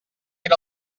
era